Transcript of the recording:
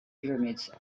pyramids